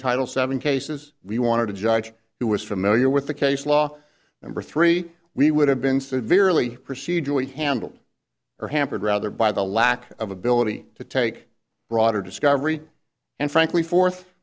title seven cases we wanted a judge who was familiar with the case law number three we would have been severely procedurally handled or hampered rather by the lack of ability to take broader discovery and frankly fourth